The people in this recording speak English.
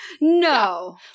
No